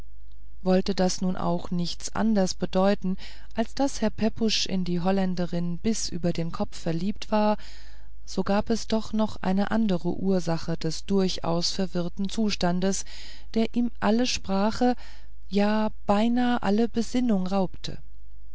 wollte das nun auch nichts anders bedeuten als daß herr pepusch in die holländerin bis über den kopf verliebt war so gab es doch noch eine andere ursache des durchaus verwirrten zustandes der ihm alle sprache ja beinahe alle besinnung raubte